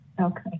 Okay